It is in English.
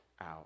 out